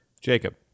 Jacob